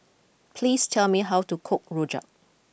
please tell me how to cook Rojak